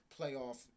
playoff